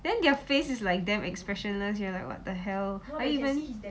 then their face is like damn expressionless you are like what the hell are you even